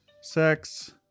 sex